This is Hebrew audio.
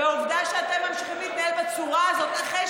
והעובדה שאתם ממשיכים להתנהל בצורה הזאת אחרי